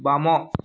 ବାମ